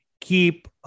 keep